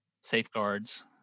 safeguards